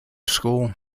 school